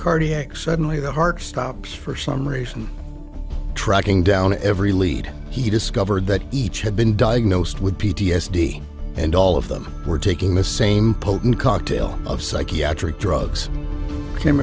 cardiac suddenly the heart stopped for some reason tracking down every lead he discovered that each had been diagnosed with p t s d and all of them were taking the same potent cocktail of psychiatric drugs came